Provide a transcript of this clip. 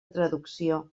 traducció